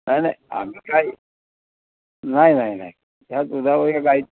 नाही नाही आम्ही काही नाही नाही नाही ह्यात दुधावर काही